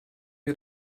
wir